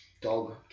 dog